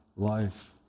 life